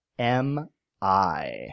M-I